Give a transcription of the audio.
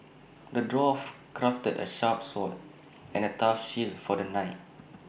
the dwarf crafted A sharp sword and A tough shield for the knight